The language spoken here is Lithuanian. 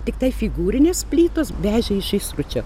tiktai figūrines plytas vežė iš įsručio